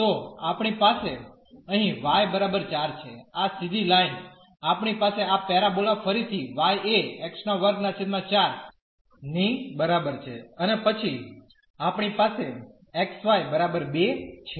તો આપણી પાસે અહીં y બરાબર 4 છે આ સીધી લાઈન આપણી પાસે આ પેરાબોલા ફરીથી y એ x2 4 ની બરાબર છે અને પછી આપણી પાસે xy 2 છે